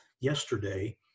yesterday